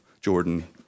Jordan